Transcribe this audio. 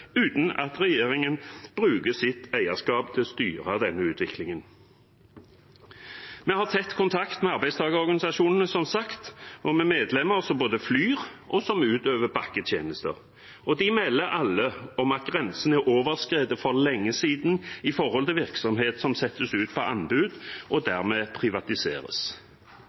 uten at regjeringen bruker sitt eierskap til å styre denne utviklingen. Vi har som sagt tett kontakt med arbeidstakerorganisasjonene, og med både medlemmer som flyr, og medlemmer som utøver bakketjenester. De melder alle om at grensen er overskredet for lenge siden når det gjelder virksomhet som settes ut på anbud, og dermed privatiseres.